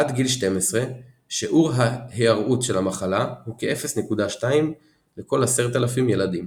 עד גיל 12 שיעור ההיארעות של המחלה הוא כ־0.2 לכל 10,000 ילדים.